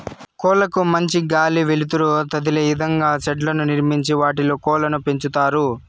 కోళ్ళ కు మంచి గాలి, వెలుతురు తదిలే ఇదంగా షెడ్లను నిర్మించి వాటిలో కోళ్ళను పెంచుతారు